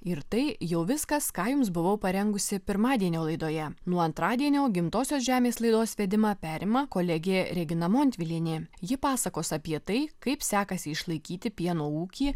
ir tai jau viskas ką jums buvau parengusi pirmadienio laidoje nuo antradienio gimtosios žemės laidos vedimą perima kolegė regina montvilienė ji pasakos apie tai kaip sekasi išlaikyti pieno ūkį